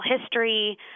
history